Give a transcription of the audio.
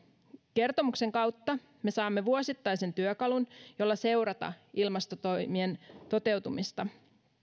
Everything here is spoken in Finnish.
kertomuksen kautta me saamme vuosittaisen työkalun jolla seurata ilmastotoimien toteutumista